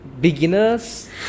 beginners